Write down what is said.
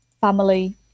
family